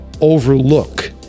overlook